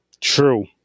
True